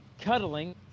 cuddling